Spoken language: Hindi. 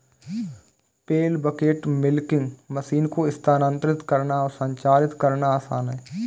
पेल बकेट मिल्किंग मशीन को स्थानांतरित करना और संचालित करना आसान है